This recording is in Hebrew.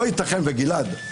גלעד,